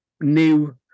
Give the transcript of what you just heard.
new